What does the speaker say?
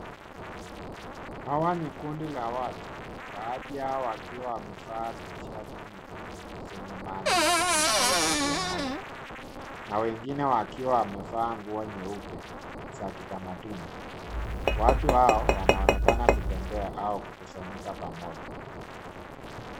Hawa ni kundi la watu, baadhi yao wakiwa wamevaa t-shirt nyekundu zenye maandishi be proud of your mouth , na wengine wakiwa wamevaa nguo nyeupe za kitamaduni. Watu hao wanaonekana kutembea au kukusanyika pamoja.